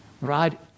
Right